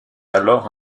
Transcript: alors